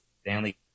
Stanley